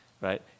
right